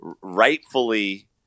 rightfully